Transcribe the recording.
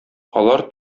алар